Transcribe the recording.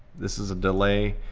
this is a delay,